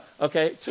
Okay